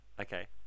Okay